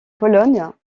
pologne